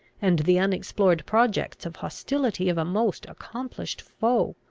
and the unexplored projects of hostility of a most accomplished foe.